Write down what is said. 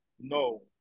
No